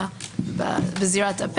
09:28) עלתה פה הטענה שחילוט אזרחי